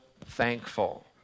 thankful